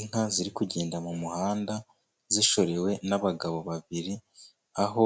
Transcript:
inka ziri kugenda mu muhanda, zishorewe n'abagabo babiri, aho